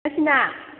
ꯆꯠꯁꯤꯅꯥ